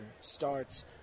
starts